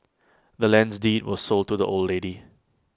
the land's deed was sold to the old lady